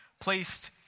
placed